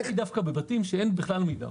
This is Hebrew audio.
הבעיה היא דווקא בבתים שאין בכלל עמידר.